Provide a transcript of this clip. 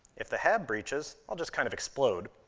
if the hab breaches, i'll just kind of explode.